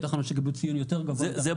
שתי תחנות שקיבלו ציון יותר גבוה מתחנת אחיטוב.